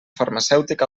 farmacèutic